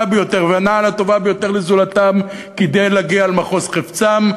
ביותר והנעל הטובה ביותר לזולתם כדי שיגיעו אל מחוז חפצם,